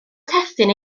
testun